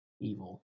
evil